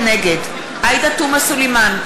נגד עאידה תומא סלימאן,